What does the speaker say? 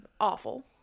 awful